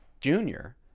junior